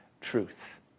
truth